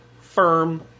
firm